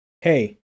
hey